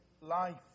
life